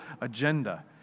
agenda